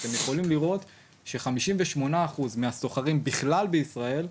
אתם יכולים לראות פה ש-58% מהשוכרים בכלל בישראל,